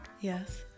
Yes